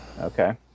okay